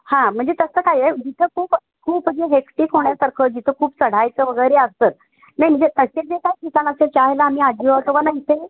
हां म्हणजे तसं काय आहे जिथं खूप खूप म्हणजे हेक्टिक होण्यासारखं जिथं खूप चढायचं वगैरे असतं नाही म्हणजे तसे जे काय ठिकाण असेल त्यावेळेला आम्ही आजी आजोबांना इथे